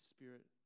Spirit